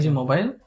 mobile